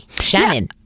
Shannon